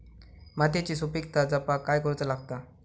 मातीयेची सुपीकता जपाक काय करूचा लागता?